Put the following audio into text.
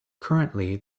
currently